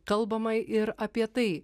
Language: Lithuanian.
kalbama ir apie tai